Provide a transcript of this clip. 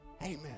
Amen